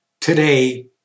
today